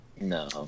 No